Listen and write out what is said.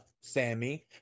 Sammy